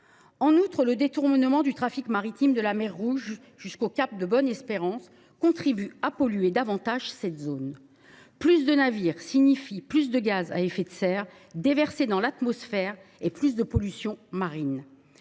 En outre, le détournement du trafic maritime de la mer Rouge jusqu’au cap de Bonne Espérance contribue à polluer davantage cette zone. Plus de navires signifie plus de gaz à effet de serre déversés dans l’atmosphère et plus de pollution marine.